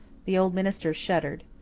the old minister shuddered.